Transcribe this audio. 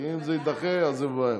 כי אם זה יידחה אז זו בעיה.